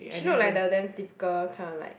she look like the damn typical kinda like